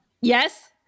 Yes